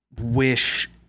wish